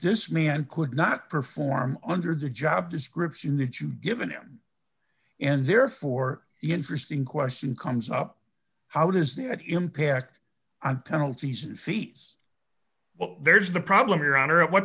this man could not perform under the job description that you've given him and therefore the interesting question comes up how does that impact on penalties and fees well there's the problem your honor at what